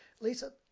Lisa